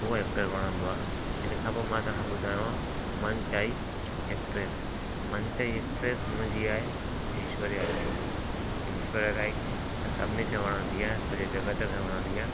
उहो एक्टर वणंदो आहे हिनखां पोइ मां तव्हां खे ॿुधायांव मनचाही एक्ट्रेस मनचाही एक्ट्रेस मुंहिंजी आहे एश्वर्या राय एश्वर्या राय सभिनी खे वणंदी आहे सॼे जॻत खे वणंदी आहे